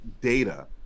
data